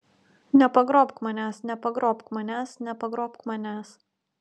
nepagrobk manęs nepagrobk manęs nepagrobk manęs